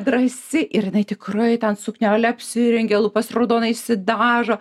drąsi ir jinai tikrai ten suknelę apsirengė lūpas raudonai išsidažo